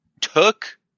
took